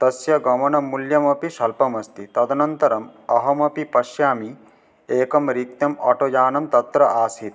तस्य गमनमूल्यमपि स्वल्पमस्ति तदनन्तरम् अहमपि पश्यामि एकं रिक्तम् आटोयानं तत्र आसीत्